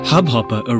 Hubhopper